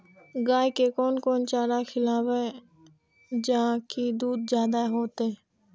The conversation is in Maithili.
गाय के कोन कोन चारा खिलाबे जा की दूध जादे होते?